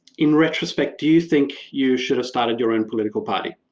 in retrospect, do you think you should have started your own political party?